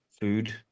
food